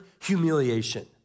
humiliation